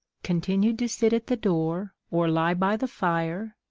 continued to sit at the door, or lie by the fire,